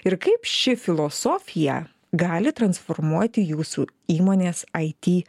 ir kaip ši filosofija gali transformuoti jūsų įmonės it